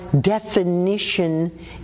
definition